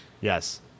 Yes